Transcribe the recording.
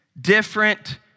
different